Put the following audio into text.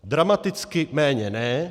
Dramaticky méně ne.